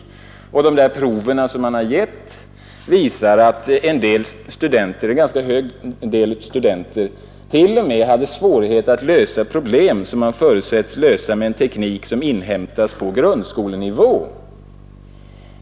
Proven visar att ett ganska stort antal studenter t.o.m. hade svårigheter att lösa problem som man förutsättes lösa med den teknik som inhämtas på grundskolenivå. Herr talman!